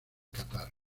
catar